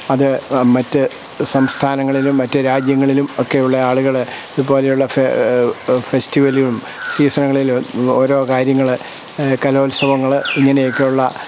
അത് മറ്റ് സംസ്ഥാനങ്ങളിലും മറ്റ് രാജ്യങ്ങളിലും ഒക്കെയുള്ള ആളുകളെ ഇതുപോലെയുള്ള ഫെസ്റ്റിവലിലും സീസണുകളിലും ഓരോ കാര്യങ്ങൾ കലോത്സവങ്ങൾ ഇങ്ങനെയൊക്കെയുള്ള